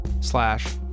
slash